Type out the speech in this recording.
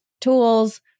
tools